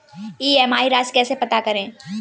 EMI राशि कैसे पता करें?